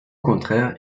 contraire